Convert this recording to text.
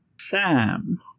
Sam